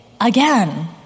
again